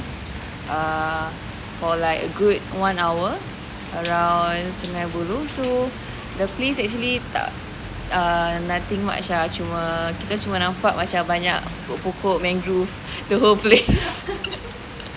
err for like a good one hour around sungei buloh so the place actually tak err nothing much ah cuma kita cuma nampak macam banyak pokok-pokok mangrove the whole place